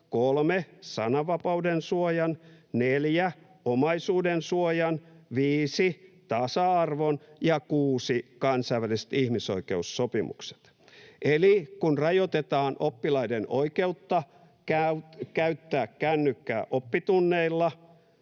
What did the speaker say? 3) sananvapauden suoja, 4) omaisuudensuoja, 5) tasa-arvo ja 6) kansainväliset ihmisoikeussopimukset. Eli kun rajoitetaan oppilaiden oikeutta käyttää kännykkää oppitunneilla,